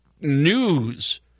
news